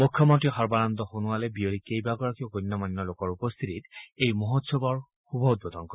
মুখ্যমন্ত্ৰী সৰ্বানন্দ সোণোৱালে বিয়লি কেইবাগৰাকীও গণ্যমান্য লোকৰ উপস্থিতিত এই মহোৎসৱ উদ্বোধন কৰিব